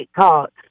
caught